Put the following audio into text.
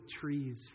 trees